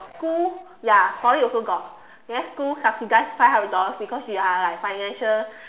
school ya Poly also got then school subsidise five hundred dollars because you are like financial